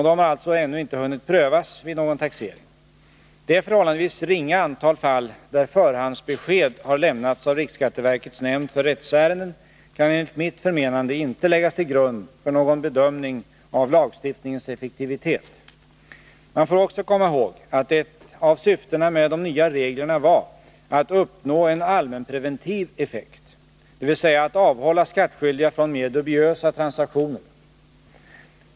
De har alltså ännu inte hunnit prövas vid någon taxering. Det förhållandevis ringa antal fall där förhandsbesked har lämnats av riksskatteverkets nämnd för rättsärenden kan enligt mitt förmenande inte läggas till grund för någon bedömning av lagstiftningens effektivitet. Man får också komma ihåg att ett av syftena med de nya reglerna var att uppnå en allmänpreventiv effekt, dvs. att avhålla skattskyldiga från mer dubiösa transaktioner.